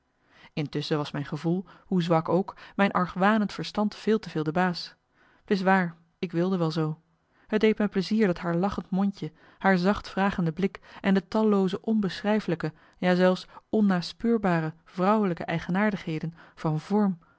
intusschen was mijn gevoel hoe zwak ook mijn argwanend verstand veel te veel de baas t is waar ik wilde wel zoo het deed me plezier dat haar lachend mondje haar zacht vragende blik en de tallooze onbeschrijflijke ja zelfs onnaspeurbare marcellus emants een nagelaten bekentenis vrouwelijke eigenaardigheden van vorm